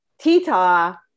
Tita